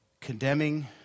condemning